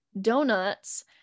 donuts